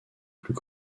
plus